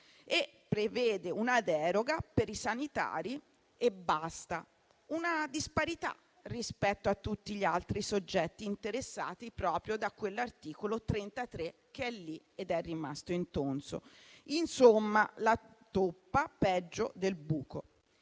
e prevede una deroga per i sanitari e basta; una disparità rispetto a tutti gli altri soggetti interessati proprio da quell'articolo 33, che è lì ed è rimasto intonso. Insomma, la toppa è peggio del buco.